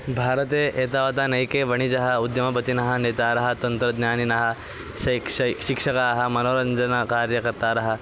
भारते एतावता अनके वणिजः उद्यमपतिनः नेतारः तन्त्रज्ञानिनः शिक्षकाः मनोरञ्जनकार्यकर्तारः